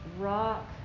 rock